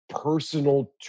personal